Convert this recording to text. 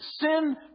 Sin